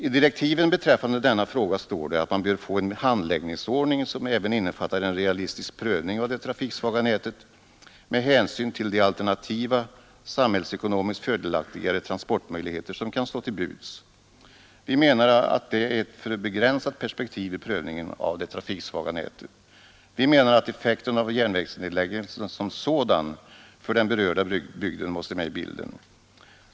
I direktiven beträffande denna fråga står att man bör få en handläggningsordning som även innefattar en realistisk prövning av det trafiksvaga nätet med hänsyn till de alternativa, samhällsekonomiskt fördelaktigare transportmöjligheter som kan stå till buds. Vi menar att detta är ett för begränsat perspektiv vid prövningen av det trafiksvaga nätet. Vi anser att effekten av järnvägsnedläggelsen som sådan för den berörda bygden måste med i bilden.